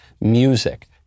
Music